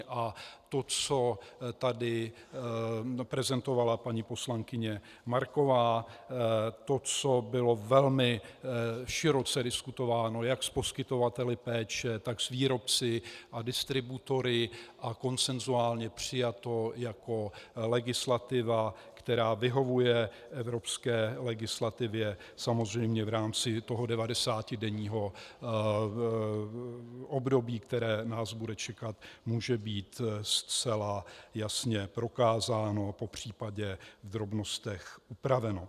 A to, co tady prezentovala paní poslankyně Marková, to, co bylo velmi široce diskutováno jak s poskytovateli péče, tak s výrobci a distributory a konsensuálně přijato jako legislativa, která vyhovuje evropské legislativě samozřejmě v rámci toho 90denního období, které nás bude čekat, může být zcela jasně prokázáno, popř. v drobnostech upraveno.